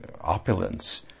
opulence